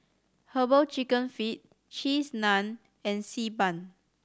Herbal Chicken Feet Cheese Naan and Xi Ban